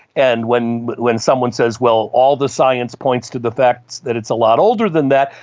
and when when someone says, well, all the science points to the facts that it's a lot older than that,